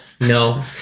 No